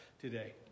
today